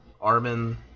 Armin